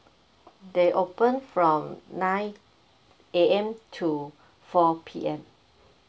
they open from nine A_M to four P_M